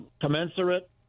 commensurate